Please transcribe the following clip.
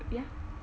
ya